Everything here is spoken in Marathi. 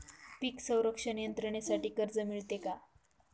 पीक संरक्षण यंत्रणेसाठी कर्ज मिळते का?